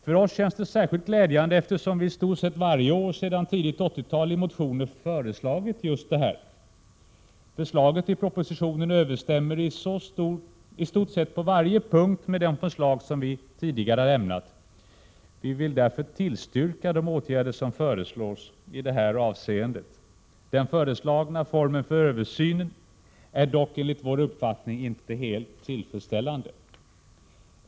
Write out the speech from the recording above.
För oss känns det särskilt glädjande, eftersom vi i stort sett varje år sedan tidigt 80-tal i motioner föreslagit just detta. Förslaget i propositionen överenstämmer i stort sett på varje punkt med de förslag som vi tidigare har lämnat. Vi vill därför tillstyrka de åtgärder som föreslås i det här avseendet. Den föreslagna formen för översynen är dock enligt vår uppfattning inte helt tillfredsställande.